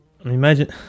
Imagine